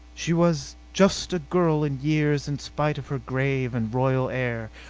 she was just a girl in years in spite of her grave and royal air.